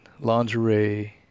lingerie